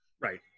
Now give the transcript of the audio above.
Right